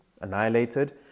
annihilated